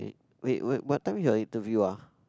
wait wait wait what time is your interview ah